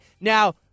Now